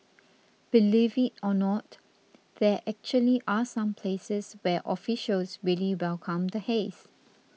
believe it or not there actually are some places where officials really welcome the haze